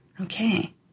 Okay